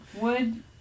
wood